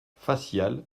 facial